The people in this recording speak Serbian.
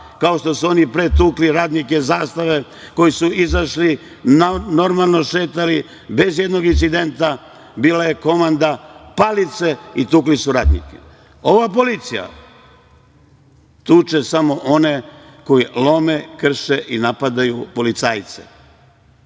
kao što su oni pre tukli radnike „Zastave“ koji su izašli, normalno šetali bez i jednog incidentna. Bila je komanda – palice i tukli su radnike. Ova policija tuče samo one koji lome, krše i napadaju policajce. Da